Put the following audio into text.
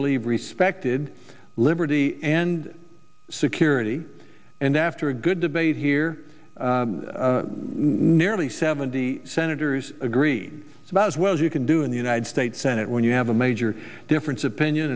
believe respected liberty and security and after a good debate here where early seventy senators agreed it's about as well as you can do in the united states senate when you have a major difference of